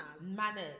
Manners